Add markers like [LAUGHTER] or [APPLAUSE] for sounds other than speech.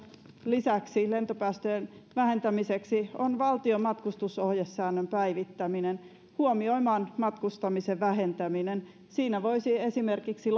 lisäksi tehdä lentopäästöjen vähentämiseksi on valtion matkustusohjesäännön päivittäminen huomioimaan matkustamisen vähentäminen siinä voisi esimerkiksi [UNINTELLIGIBLE]